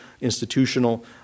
institutional